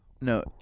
No